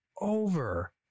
over